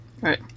Right